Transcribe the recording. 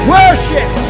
worship